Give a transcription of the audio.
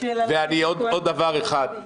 עוד דבר אחד: